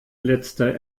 letzter